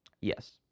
Yes